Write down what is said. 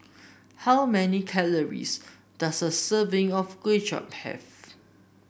how many calories does a serving of Kuay Chap have